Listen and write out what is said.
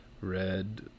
Red